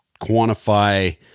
quantify